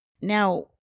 Now